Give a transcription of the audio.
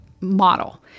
model